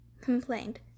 Complained